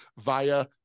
via